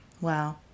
Wow